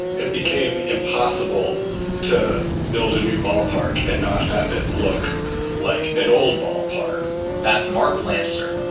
it became impossible to build a new ballpark and not have it look like an old ballpark that's mark lamster,